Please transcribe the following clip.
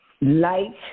light